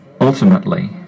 ultimately